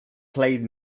played